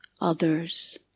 others